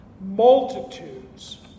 Multitudes